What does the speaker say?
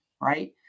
right